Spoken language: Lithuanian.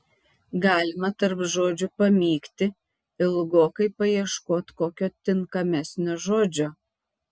galima tarp žodžių pamykti ilgokai paieškot kokio tinkamesnio žodžio